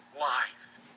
life